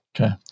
Okay